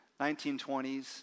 1920s